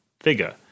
figure